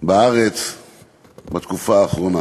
בארץ בתקופה האחרונה.